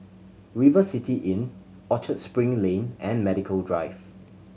River City Inn Orchard Spring Lane and Medical Drive